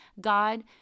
God